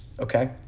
okay